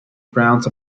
grounds